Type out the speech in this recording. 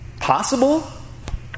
Possible